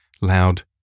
loud